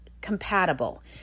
compatible